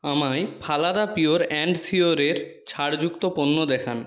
আমায় ফালাদা pure and শিওরের ছাড়যুক্ত পণ্য দেখান